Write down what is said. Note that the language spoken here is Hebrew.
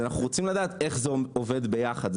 אנחנו רוצים לדעת איך זה עובד יחד,